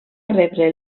rebre